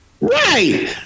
Right